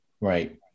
Right